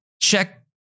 Check